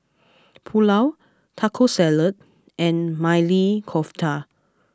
Pulao Taco Salad and Maili Kofta